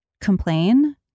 complain